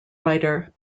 writer